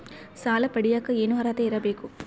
ಸಾಲ ಪಡಿಯಕ ಏನು ಅರ್ಹತೆ ಇರಬೇಕು?